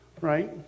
right